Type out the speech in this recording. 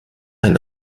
ein